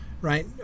Right